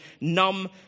numb